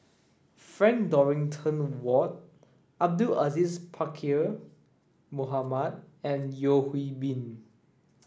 Frank Dorrington Ward Abdul Aziz Pakkeer Mohamed and Yeo Hwee Bin